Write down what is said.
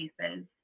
cases